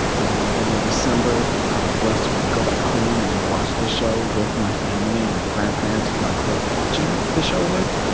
and then in december, i was blessed to be able to go back home and watch the show with my family and my grandparents, who i grew up watching the show with.